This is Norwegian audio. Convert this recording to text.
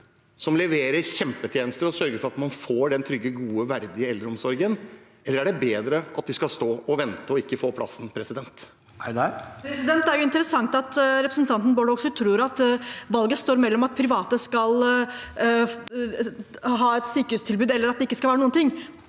som leverer kjempetjenester og sørger for at man får en trygg, god og verdig eldreomsorg? Eller er det bedre at de skal stå og vente og ikke få plassen? Seher Aydar (R) Det er interessant at re- presentanten Bård Hoksrud tror valget står mellom at private skal ha et sykehjemtilbud, og at det ikke skal være noen ting.